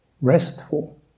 restful